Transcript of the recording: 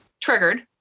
triggered